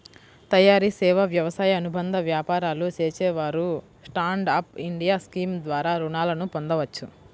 తయారీ, సేవా, వ్యవసాయ అనుబంధ వ్యాపారాలు చేసేవారు స్టాండ్ అప్ ఇండియా స్కీమ్ ద్వారా రుణాలను పొందవచ్చు